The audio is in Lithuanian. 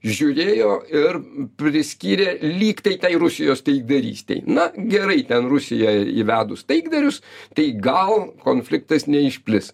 žiūrėjo ir priskyrė lyg tai tai rusijos taikdarystei na gerai ten rusija įvedus taikdarius tai gal konfliktas neišplis